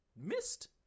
missed